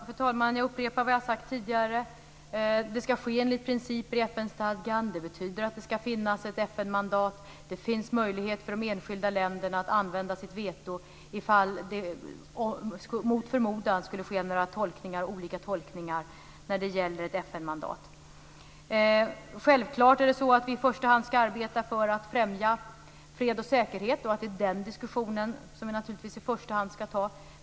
Fru talman! Jag upprepar vad jag har sagt tidigare. Det skall ske enligt principer i FN-stadgan. Det betyder att det skall finnas ett FN-mandat. Det finns möjlighet för de enskilda länderna att använda sitt veto om det mot förmodan skulle finnas olika tolkningar när det gäller ett FN-mandat. Självklart skall vi i första hand arbeta för att främja fred och säkerhet. Självklart är det den diskussionen vi i första hand skall ta.